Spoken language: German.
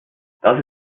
das